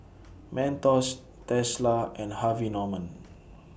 Mentos Tesla and Harvey Norman